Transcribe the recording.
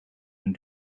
een